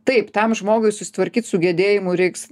taip tam žmogui susitvarkyt su gedėjimu reiks